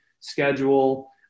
schedule